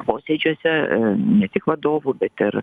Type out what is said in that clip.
posėdžiuose ne tik vadovų bet ir